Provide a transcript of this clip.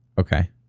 okay